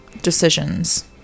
decisions